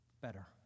better